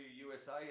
USA